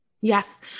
Yes